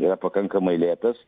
yra pakankamai lėtas